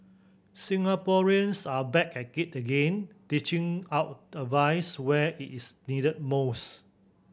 Singaporeans are back at it again dishing out advice where it is needed most